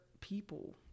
people